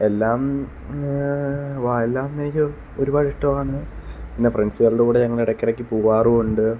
എല്ലാം വ എല്ലാം എനിക്ക് ഒരുപാട് ഇഷ്ടമാണ് പിന്നെ ഫ്രണ്ട്സുകളുടെ കൂടെ ഞങ്ങൾ ഇടയ്ക്ക് ഇടയ്ക്ക് പോകാറും ഉണ്ട്